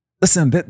listen